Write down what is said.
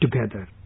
together